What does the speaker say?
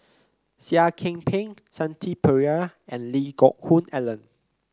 Seah Kian Peng Shanti Pereira and Lee Geck Hoon Ellen